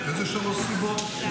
איזה שלוש סיבות?